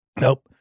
Nope